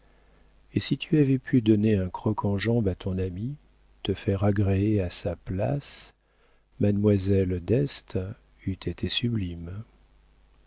et si tu avais pu donner un croc-en-jambe à ton ami te faire agréer à sa place mademoiselle d'este eût été sublime